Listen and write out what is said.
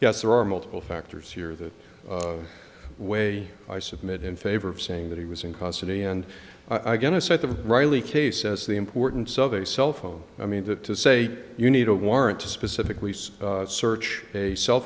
yes there are multiple factors here that way i submit in favor of saying that he was in custody and i get a set of riley cases the importance of a cell phone i mean to say you need a warrant to specifically search a cell